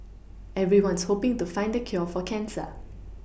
everyone's hoPing to find the cure for cancer